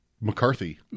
McCarthy